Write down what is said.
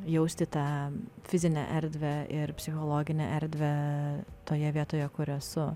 jausti tą fizinę erdvę ir psichologinę erdvę toje vietoje kur esu